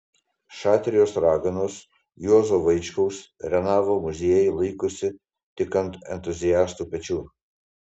šatrijos raganos juozo vaičkaus renavo muziejai laikosi tik ant entuziastų pečių